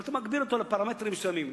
אבל אתה מגביל אותו לפרמטרים מסוימים.